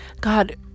god